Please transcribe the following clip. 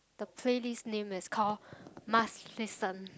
the playlist name is call must listen